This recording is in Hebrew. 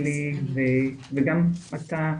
אלי וגם אתה,